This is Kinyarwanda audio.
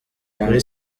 kuri